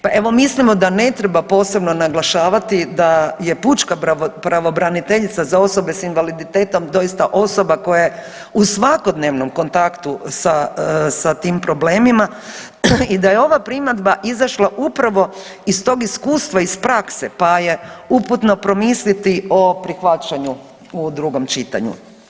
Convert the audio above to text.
Pa evo mislimo da ne treba posebno naglašavati da je pučka pravobraniteljica za osobe sa invaliditetom doista osoba koja je u svakodnevnom kontaktu sa tim problemima i da je ova primjedba izašla upravo iz tog iskustva, iz prakse pa je uputno promisliti o prihvaćanju u drugom čitanju.